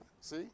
See